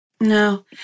no